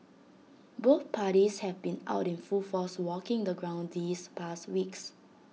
both parties have been out in full force walking the ground these past weeks